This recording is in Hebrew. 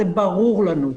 זה ברור לנו.